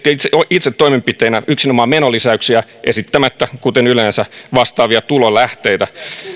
itse toimenpiteinä yksinomaan menolisäyksiä esittämättä kuten yleensä vastaavia tulolähteitä